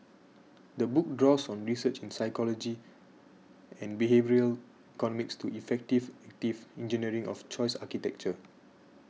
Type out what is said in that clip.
the book draws on research in psychology and behavioural economics to effective active engineering of choice architecture